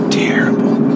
terrible